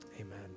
amen